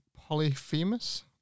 Polyphemus